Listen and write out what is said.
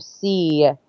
see